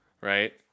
right